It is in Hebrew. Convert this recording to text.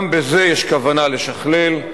גם בזה יש כוונה לשכלל.